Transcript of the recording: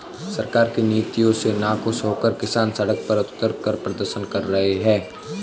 सरकार की नीतियों से नाखुश होकर किसान सड़क पर उतरकर प्रदर्शन कर रहे हैं